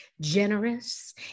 generous